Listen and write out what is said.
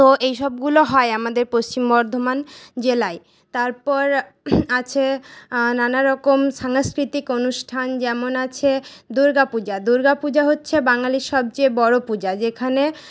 তো এইসবগুলো হয় আমাদের পশ্চিম বর্ধমান জেলায় তারপর আছে নানা রকম সাংস্কৃতিক অনুষ্ঠান যেমন আছে দুর্গাপূজা দুর্গাপূজা হচ্ছে বাঙালির সবচেয়ে বড় পূজা যেখানে